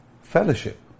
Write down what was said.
Fellowship